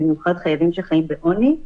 במיוחד חייבים שחיים בעוני.